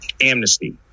amnesty